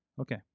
Okay